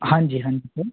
हांजी हांजी सर